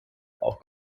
auch